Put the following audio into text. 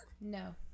No